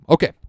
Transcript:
Okay